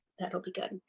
that'll be good.